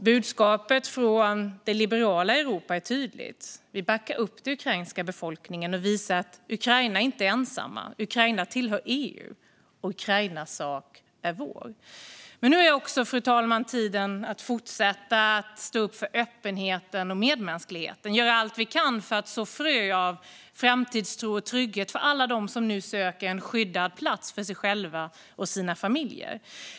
Budskapet från det liberala Europa är tydligt. Vi backar upp den ukrainska befolkningen och visar att Ukraina inte är ensamt. Ukraina tillhör EU, och Ukrainas sak är vår. Men, fru talman, nu är också tiden att fortsätta att stå upp för öppenheten och medmänskligheten. Vi ska göra allt vi kan för att så frö av framtidstro och trygghet för alla dem som nu söker en skyddad plats för sig själva och sina familjer.